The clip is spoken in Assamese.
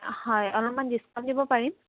হয় অলপমান ডিচকাউণ্ট দিব পাৰিম